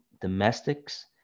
domestics